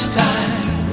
time